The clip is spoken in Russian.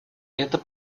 это